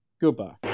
Goodbye